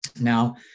Now